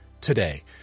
Today